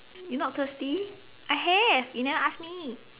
you not thirsty I have you never ask me